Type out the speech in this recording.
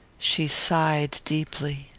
she sighed deeply.